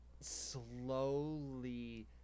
Slowly